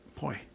boy